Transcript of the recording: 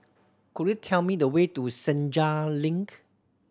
could you tell me the way to Senja Link